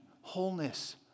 wholeness